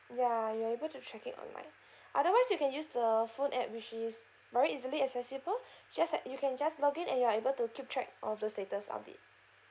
ya you are able to check it online otherwise you can just the phone app food which is very easily accessible just can you can just login and you're able to keep track of the status update